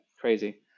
crazy